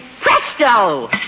presto